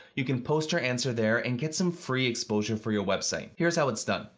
you can post your answer there and get some free exposure for your website. here's how it's done.